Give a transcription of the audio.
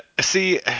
see